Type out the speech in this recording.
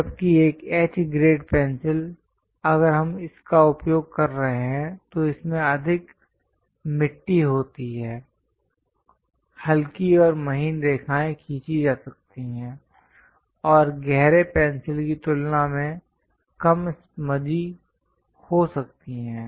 जबकि एक H grade pencil अगर हम इसका उपयोग कर रहे हैं तो इसमें अधिक मिट्टी होती है हल्की और महीन रेखाएं खींची जा सकती हैं और गहरे पेंसिल की तुलना में कम स्मूदी हो सकती है